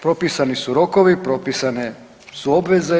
Propisani su rokovi, propisane su obveze.